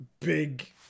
big